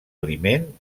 aliment